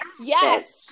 Yes